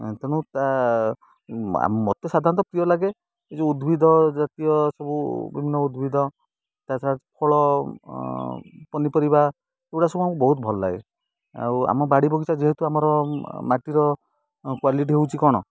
ତେଣୁ ତା ମତେ ସାଧାରଣତଃ ପ୍ରିୟ ଲାଗେ ଯେଉଁ ଉଦ୍ଭିଦ ଜାତୀୟ ସବୁ ବିଭିନ୍ନ ଉଦ୍ଭିଦ ତା ଛଡ଼ା ଫଳ ପନିପରିବା ଏଗୁଡ଼ା ସବୁ ଆମକୁ ବହୁତ ଭଲ ଲାଗେ ଆଉ ଆମ ବାଡ଼ି ବଗିଚା ଯେହେତୁ ଆମର ମାଟିର କ୍ଵାଲିଟି ହଉଛି କ'ଣ